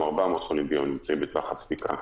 גם 400 חולים ביום נמצאים בטווח הספיקה,